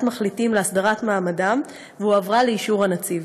מחליטים להסדרת מעמדם והועברה לאישור הנציב.